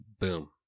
boom